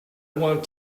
want